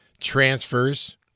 transfers